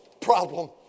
problem